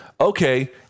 Okay